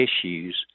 issues